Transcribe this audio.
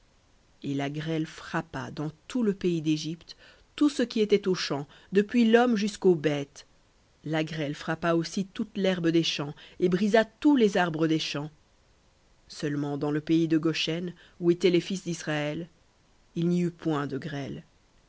et la grêle frappa dans tout le pays d'égypte tout ce qui était aux champs depuis l'homme jusqu'aux bêtes la grêle frappa aussi toute l'herbe des champs et brisa tous les arbres des champs seulement dans le pays de goshen où étaient les fils d'israël il n'y eut point de grêle